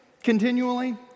Continually